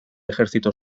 ejército